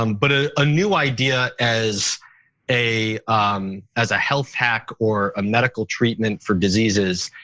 um but a a new idea as a um as a health hack or a medical treatment for diseases.